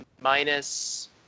minus